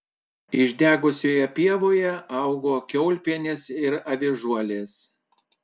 išdegusioje pievoje augo kiaulpienės ir avižuolės